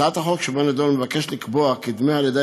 הצעת החוק שבנדון מבקשת לקבוע כי דמי הלידה